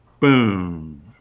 Boom